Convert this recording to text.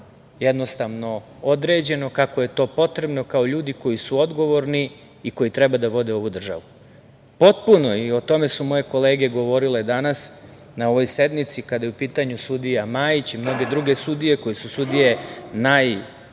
jednostavno određeno, kako je to potrebno, kao ljudi koji su odgovorni i koji treba da vode ovu državu. Potpuno, i o tome su moje kolege govorile danas na ovoj sednici, kada je u pitanju sudija Majić i mnoge druge sudije koje su sudije najznačajnijih